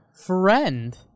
friend